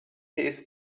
his